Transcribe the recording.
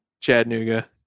chattanooga